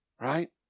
right